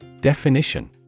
Definition